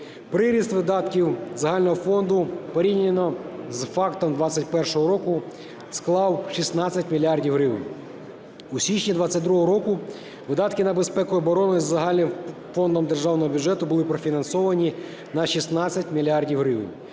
Приріст видатків загального фонду порівняно з фактом 21-го року склав 16 мільярдів гривень. У січні 22-го року видатки на безпеку і оборону із загального фонду державного бюджету були профінансовані на 16 мільярдів